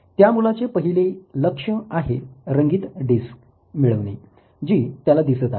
त्या मुलाचे पहिले लक्ष आहे रंगीत डिस्क मिळवणे जी त्याला दिसत आहे